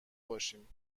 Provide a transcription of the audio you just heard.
باشیم